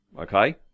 Okay